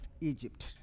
Egypt